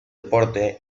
deporte